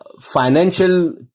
financial